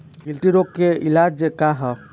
गिल्टी रोग के इलाज का ह?